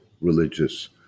religious